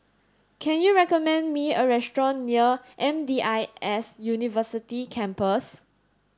can you recommend me a restaurant near M D I S University Campus